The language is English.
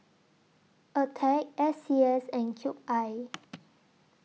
Attack S C S and Cube I